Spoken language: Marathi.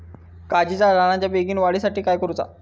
काजीच्या झाडाच्या बेगीन वाढी साठी काय करूचा?